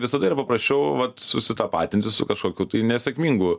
visada yra paprasčiau vat susitapatinti su kažkokiu tai nesėkmingu